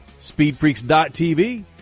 speedfreaks.tv